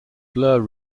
blur